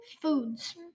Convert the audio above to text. foods